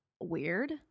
weird